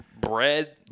bread